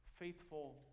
faithful